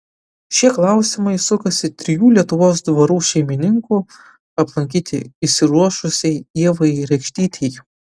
šie klausimai sukasi trijų lietuvos dvarų šeimininkų aplankyti išsiruošusiai ievai rekštytei